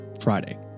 Friday